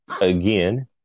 again